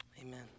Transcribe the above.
amen